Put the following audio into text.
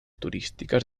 turísticas